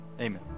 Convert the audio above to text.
Amen